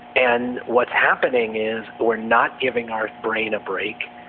and what's happening is we're not giving our brain a break.